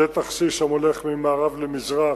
שטח C שם הולך ממערב למזרח,